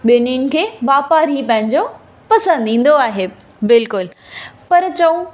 ॿिन्हीनि खे वापार ई पंहिंजो पसंदि ईंदो आहे बिल्कुलु पर जो